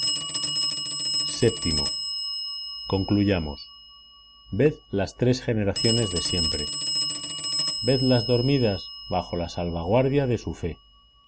vii concluyamos ved las tres generaciones de siempre vedlas dormidas bajo la salvaguardia de su fe